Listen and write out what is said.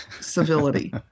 Civility